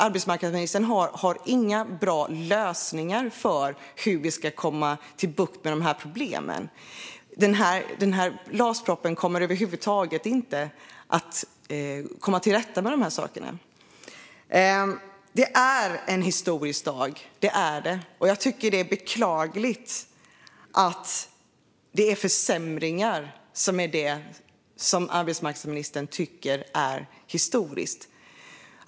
Arbetsmarknadsministern har inga bra lösningar för hur vi ska få bukt med problemen. LAS-propositionen kommer över huvud taget inte att komma till rätta med dessa saker. Det är en historisk dag, och det är beklagligt att arbetsmarknadsministern tycker att försämringarna är historiska.